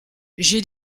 j’ai